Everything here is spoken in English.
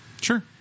Sure